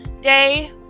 day